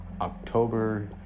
October